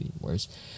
worse